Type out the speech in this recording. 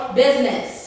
business